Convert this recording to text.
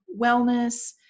wellness